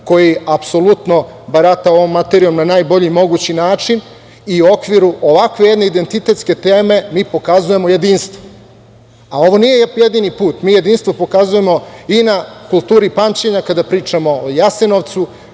koji apsolutno barata ovom materijom na najbolji mogući način i u okviru ovakve jedne identitetske teme mi pokazujemo jedinstvo. Ovo nije jedini put. Mi jedinstvo pokazujemo i na kulturi pamćenja kada pričamo o Jasenovcu,